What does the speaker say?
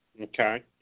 Okay